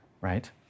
right